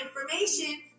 information